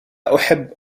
أحب